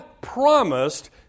promised